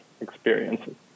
experiences